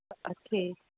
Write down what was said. ਠੀਕ